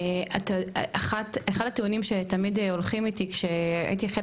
אחד הטיעונים שתמיד הולכים איתי כשהייתי חלק